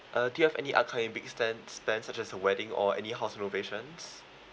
uh do you have any upcoming big spend spend such as a wedding or any house renovation